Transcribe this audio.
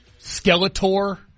Skeletor